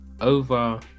over